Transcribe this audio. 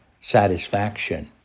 satisfaction